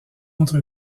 contre